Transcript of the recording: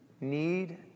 need